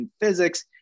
physics